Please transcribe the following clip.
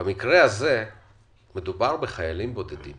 כשמדובר בחיילים עולים בודדים